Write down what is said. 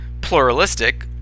pluralistic